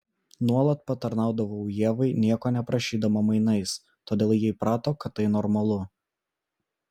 nuolat patarnaudavau ievai nieko neprašydama mainais todėl ji įprato kad tai normalu